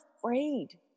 afraid